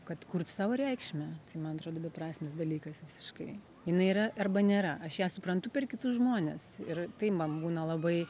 kad kurt sau reikšmę tai man atrodo beprasmis dalykas visiškai jinai yra arba nėra aš ją suprantu per kitus žmones ir tai man būna labai